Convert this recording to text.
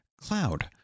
cloud